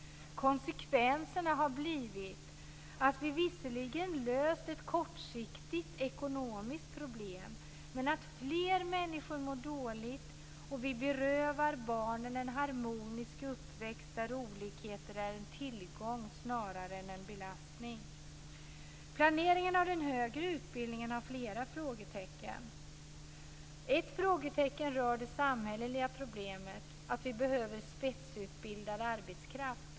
Konsekvenserna har blivit att vi visserligen löst ett kortsiktigt ekonomiskt problem, men att fler människor mår dåligt, och vi berövar barnen en harmonisk uppväxt, där olikheter är en tillgång snarare än en belastning. Planeringen av den högre utbildningen har flera frågetecken. Ett frågetecken rör det samhälleliga problemet att vi behöver spetsutbildad arbetskraft.